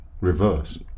Reverse